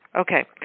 Okay